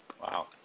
Wow